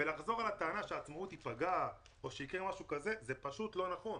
לחזור על הטענה שהעצמאות תיפגע או שיקרה משהו כזה זה פשוט לא נכון.